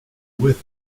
with